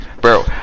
bro